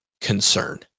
concern